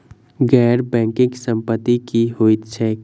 गैर बैंकिंग संपति की होइत छैक?